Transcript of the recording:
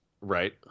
Right